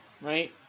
right